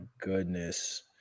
goodness